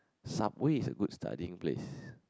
Subway is a good studying place